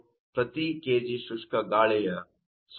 ಪ್ರತಿ kg ಶುಷ್ಕ ಗಾಳಿಯ 0